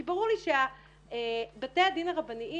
כי ברור לי שבתי הדין הרבניים